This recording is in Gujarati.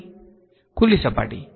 વિદ્યાર્થી ખુલ્લી સપાટી